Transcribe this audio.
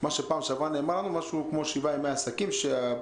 מה שפעם שעברה נאמר לנו שזה משהו כמו שבעה ימי עסקים שהקרן,